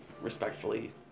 respectfully